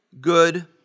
good